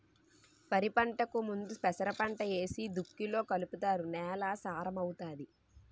వరిపంటకు ముందు పెసరపంట ఏసి దుక్కిలో కలుపుతారు నేల సారం అవుతాది